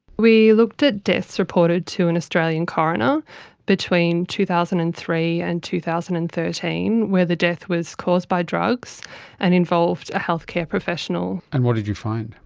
we looked at the deaths reported to an australian coroner between two thousand and three and two thousand and thirteen where the death was caused by drugs and involved a healthcare professional. and what did you find?